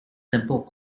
simple